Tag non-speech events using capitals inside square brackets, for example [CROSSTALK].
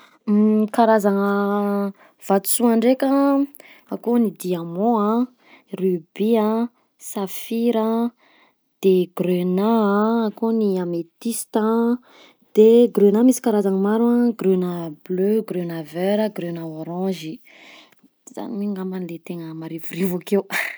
[HESITATION] Karazana vatosoa ndraika: akao ny diamand a, rubis a, safira a, de grenat a, akao ny amethista, de grenat misy karazany maro a, grenat bleu, grenat vert, grenat orange, zany angamba le tena marivorivo akeo. [LAUGHS]